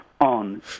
on